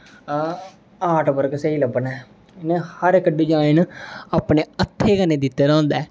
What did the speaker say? art work स्हेई लब्भना ऐ इ'यां हर इक डिज़ाइन अपने हत्थे कन्नै दित्ते दा होंदा ऐ